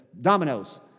dominoes